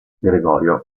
gregorio